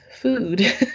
food